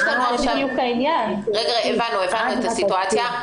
הבנו את הסיטואציה.